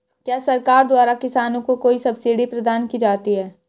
क्या सरकार द्वारा किसानों को कोई सब्सिडी प्रदान की जाती है?